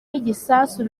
n’igisasu